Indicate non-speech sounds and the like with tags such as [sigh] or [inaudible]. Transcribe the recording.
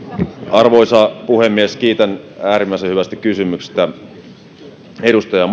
arvoisa puhemies kiitän äärimmäisen hyvästä kysymyksestä edustajaa [unintelligible]